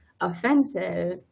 offensive